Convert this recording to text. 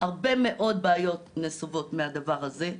הרבה מאוד בעיות נסובות מהדבר הזה.